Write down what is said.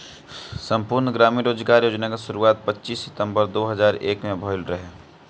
संपूर्ण ग्रामीण रोजगार योजना के शुरुआत पच्चीस सितंबर दो हज़ार एक में भइल रहे